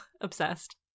Obsessed